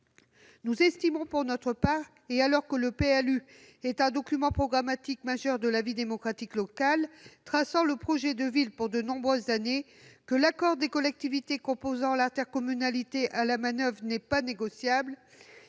Nous estimons pour notre part, et alors que le PLU est un document programmatique majeur de la vie démocratique locale, traçant le projet de ville pour de nombreuses années, que l'accord des collectivités composant l'intercommunalité à la manoeuvre n'est pas négociable.